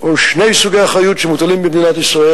או שני סוגי אחריות שמוטלים במדינת ישראל